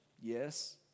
yes